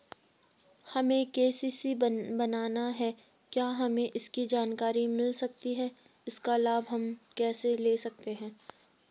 हमें के.सी.सी बनाना है क्या हमें इसकी जानकारी मिल सकती है इसका लाभ हम कैसे ले सकते हैं?